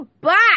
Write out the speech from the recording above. back